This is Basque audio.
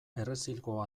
errezilgo